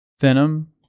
Venom